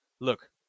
Look